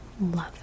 love